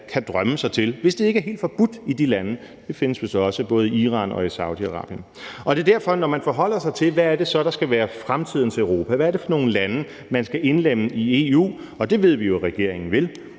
kan drømme sig til, hvis det ikke er helt forbudt i de lande. Det findes vist også i både Iran og i Saudi-Arabien. Det er derfor, at når man forholder sig til, hvad det så er, der skal være fremtidens Europa, hvad det er for nogle lande, man skal indlemme i EU, og det ved vi jo regeringen vil,